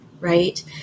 right